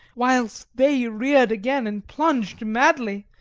whilst they reared again and plunged madly,